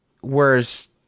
whereas